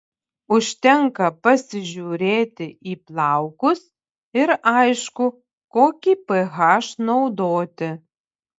užtenka pasižiūrėti į plaukus ir aišku kokį ph naudoti